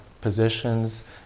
positions